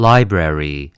Library